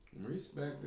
respect